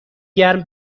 گرم